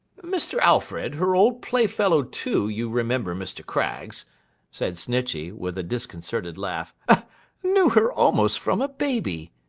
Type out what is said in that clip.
mr. alfred, her old playfellow too, you remember, mr. craggs said snitchey, with a disconcerted laugh knew her almost from a baby